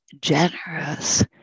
generous